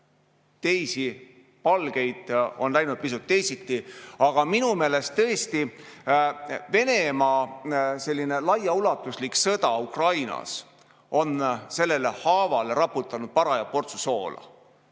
teisi palgeid, on läinud pisut teisiti. Aga minu meelest tõesti Venemaa laiaulatuslik sõda Ukrainas on sellele haavale raputanud paraja portsu soola.